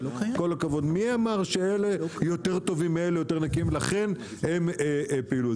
עם כל הכבוד מי אמר שאלה יותר טובים מאלה ויותר נקיים ולכן אין פעילות.